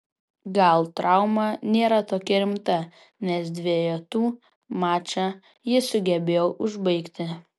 gal trauma nėra tokia rimta nes dvejetų mačą jis sugebėjo užbaigti